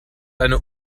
eine